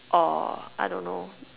or I don't know